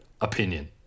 Opinion